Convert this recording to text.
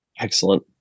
Excellent